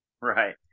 Right